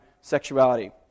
sexuality